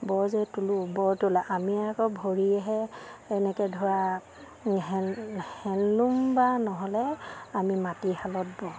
বৰ যে তোলোঁ বৰ তোলে আমি আকৌ ভৰিয়েহে এনেকৈ ধৰা হেণ্ড হেণ্ডলুম বা নহ'লে আমি মাটিশালত বওঁ